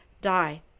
die